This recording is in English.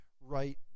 right